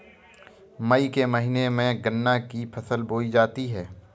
मई के महीने में गन्ना की फसल बोई जाती है